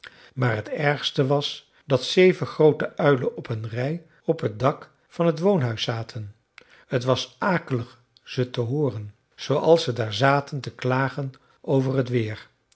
maar het ergste was dat zeven groote uilen op een rij op het dak van het woonhuis zaten t was akelig ze te hooren zooals ze daar zaten te klagen over t weer